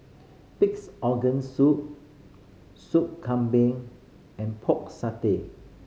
Pig's Organ Soup Sup Kambing and Pork Satay